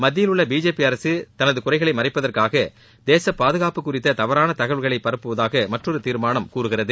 மத்தியில் உள்ள பிஜேபி அரசு தனது குறைகளை மறைப்பதற்காக தேசப் பாதுகாப்பு குறித்த தவறான தகவல்களை பரப்புவதாக மற்றொரு தீர்மானம் கூறுகிறது